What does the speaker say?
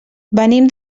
venim